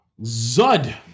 Zud